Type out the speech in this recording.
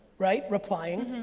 right, replying,